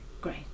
Great